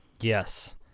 Yes